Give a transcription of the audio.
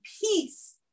peace